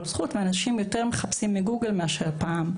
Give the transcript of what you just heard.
זכות" ואנשים יותר מחפשים בגוגל מבעבר.